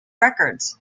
records